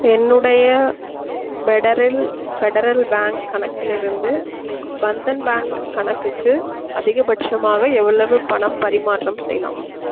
என்னுடைய federal federal bank கணக்கிலிருந்து Bandhan bank கணக்குக்கு அதிகபட்சமாக எவ்வளவு பணம் பரிமாற்றம் செய்யலாம்